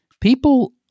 people